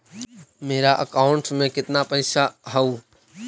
मेरा अकाउंटस में कितना पैसा हउ?